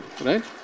right